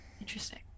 Interesting